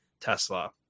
Tesla